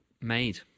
made